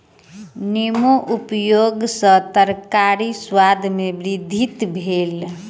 नेबोक उपयग सॅ तरकारीक स्वाद में वृद्धि भेल